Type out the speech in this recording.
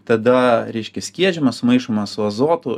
tada reiškia skiedžiama sumaišoma su azotu